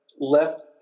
left